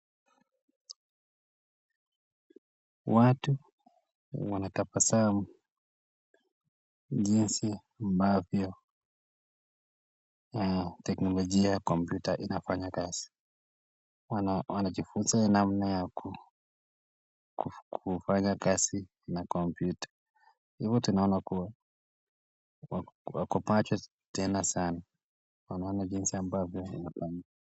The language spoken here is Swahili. Watu wanatabasamu jinsi ambavyo Ah, teknolojia ya kompyuta inafanya kazi. Wanajifunza namna ya kufanya kazi na kompyuta. Hivyo tunaona kuwa wakopacha tena sana. Wanaona jinsi ambavyo inafanya